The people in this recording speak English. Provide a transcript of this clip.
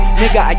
nigga